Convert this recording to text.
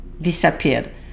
disappeared